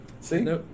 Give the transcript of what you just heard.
See